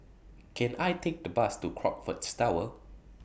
Can I Take The Bus to Crockfords Tower